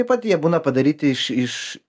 taip pat jie būna padaryti iš iš